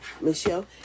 Michelle